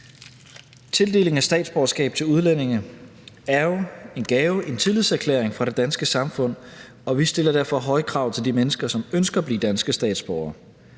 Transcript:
Tildelingen af statsborgerskab til udlændinge er jo en gave, en tillidserklæring fra det danske samfund, og vi stiller derfor høje krav til de mennesker, som ønsker at blive danske statsborgere.